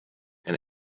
and